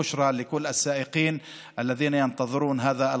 (אומר בערבית: בשורה לכל הנהגים שמחכים לחוק הזה.